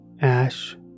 Ash